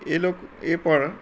એ લોક એ પણ